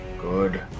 Good